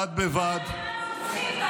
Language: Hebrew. מה עם הרוצחים?